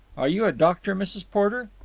are you a doctor, mrs. porter?